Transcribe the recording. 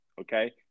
okay